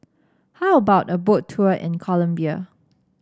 how about a Boat Tour in Colombia